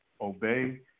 obey